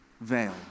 veil